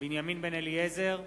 בנימין בן-אליעזר,